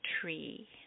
tree